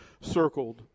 circled